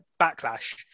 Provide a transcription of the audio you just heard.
Backlash